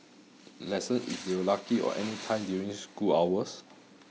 lessons if they were lucky or anytime during school hours